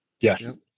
Yes